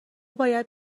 باید